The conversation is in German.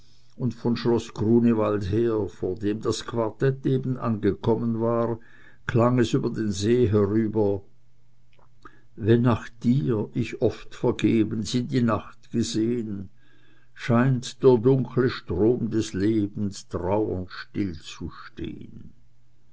und von schloß grunewald her vor dem das quartett eben angekommen war klang es über den see herüber wenn nach dir ich oft vergebens in die nacht gesehn scheint der dunkle strom des lebens trauernd